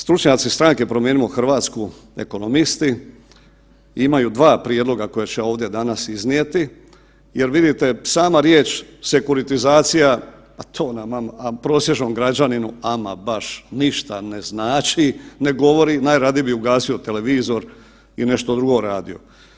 Stručnjaci Stranke Promijenimo Hrvatsku, ekonomisti imaju dva prijedloga koja ću ja ovdje danas iznijeti jer vidite sama riječ sekuritizacija, a to prosječnom građaninu ama baš ništa ne znači, ne govori, najradije bi ugasio televizor i nešto drugo radio.